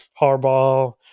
Harbaugh